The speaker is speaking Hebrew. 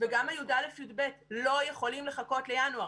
וגם י"א, י"ב לא יכולים לחכות לינואר.